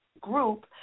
group